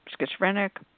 schizophrenic